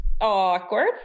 awkward